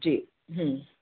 जी हूं